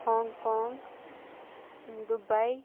Hong کونٛگ Dubai